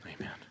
Amen